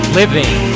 living